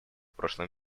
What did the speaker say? прошлом